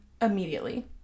Immediately